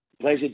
Pleasure